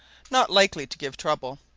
not likely to give trouble.